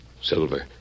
Silver